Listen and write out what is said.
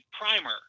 primer